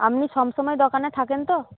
আপনি সবসময় দোকানে থাকেন তো